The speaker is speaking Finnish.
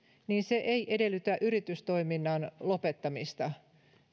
ei edellytä yritystoiminnan lopettamista